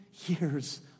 years